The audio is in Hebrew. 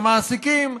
למעסיקים,